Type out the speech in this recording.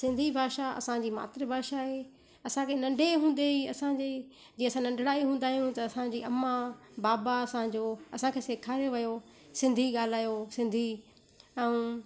सिंधी भाषा असांजी मात्र भाषा आहे असांखे नंढे हूंदे ई असांजी जीअं असां नंढड़ा ई हूंदा आहियूं त असांजी अम्मा बाबा असांजो असांखे सेखारे वयो सिंधी ॻाल्हायो सिंधी ऐ